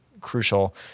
crucial